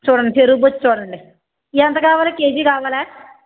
చూడండి చెరువు బొచ్చు చూడండి ఎంత కావాలి కేజీ కావాలా